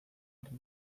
arren